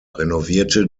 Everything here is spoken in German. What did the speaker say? renovierte